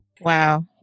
Wow